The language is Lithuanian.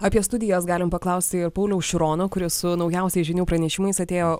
apie studijas galim paklausti ir pauliaus širono kuris su naujausiais žinių pranešimais atėjo